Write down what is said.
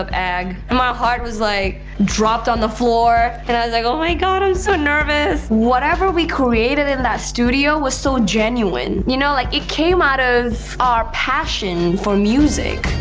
ag? and my heart was, like, dropped on the floor. and i was like, oh my god, i'm so nervous! whatever we created in that studio was so genuine. you know, like, it came out of our passion for music.